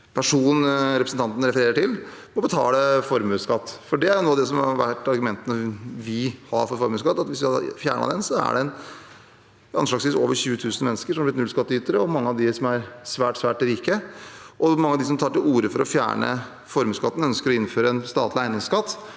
representanten refererer til – må betale formuesskatt. Det er noe av det som har vært argumentene vi har for formuesskatt, at hvis man hadde fjernet den, er det anslagsvis over 20 000 mennesker som hadde blitt nullskattytere, og mange av dem er svært, svært rike. Mange av dem som tar til orde for å fjerne formuesskatten, ønsker å innføre en statlig eiendomsskatt.